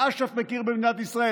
אש"ף מכיר במדינת ישראל,